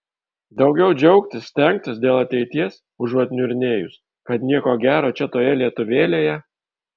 daugiau džiaugtis stengtis dėl ateities užuot niurnėjus kad nieko gero čia toje lietuvėlėje